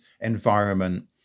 environment